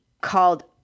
called